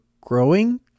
growing